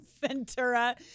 Ventura